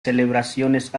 celebraciones